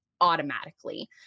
automatically